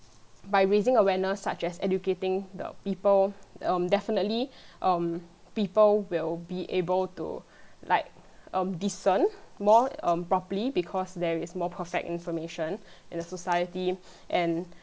by raising awareness such as educating the people um definitely um people will be able to like um discern more um properly because there is more perfect information in the society and